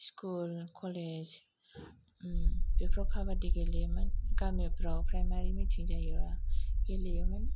school college ओम बेफ्राव काबादि गेलेयोमोन गामिफ्राव फ्रायमारि मिथिं जायोबा गेलेयोमोन